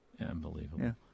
Unbelievable